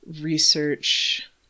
research